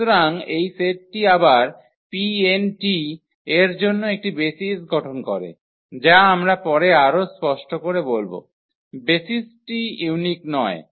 সুতরাং এই সেটটি আবার 𝑃𝑛 এর জন্য একটি বেসিস গঠন করে যা আমরা পরে আরও স্পষ্ট করে বলব বেসিস্টি ইউনিক নয়